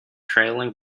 trailing